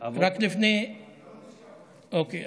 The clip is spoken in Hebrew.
אוקיי,